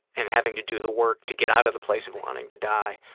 and having to do the work to get out of the place of wanting to die.